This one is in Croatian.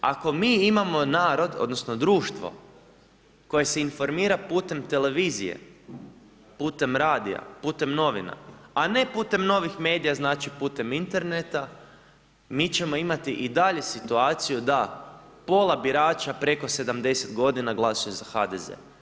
Ako mi imamo narod odnosno društvo koje se informira putem televizije, putem radija, putem novina, a ne putem novih medija znači putem interneta mi ćemo imati i dalje situaciju da pola birača preko 70 godina glasuje za HDZ.